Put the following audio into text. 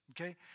okay